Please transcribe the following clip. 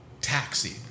taxi